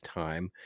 time